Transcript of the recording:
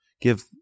Give